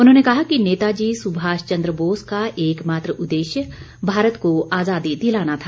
उन्होंने कहा कि नेताजी सुभाष चंद्र बोस का एकमात्र उद्देश्य भारत को आज़ादी दिलाना था